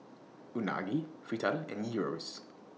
Unagi Fritada and Gyros